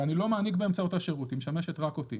אני לא מעניק באמצעותה שרות, היא משמשת רק אותי.